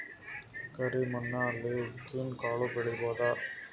ಕರಿ ಮಣ್ಣ ಅಲ್ಲಿ ಉದ್ದಿನ್ ಕಾಳು ಬೆಳಿಬೋದ?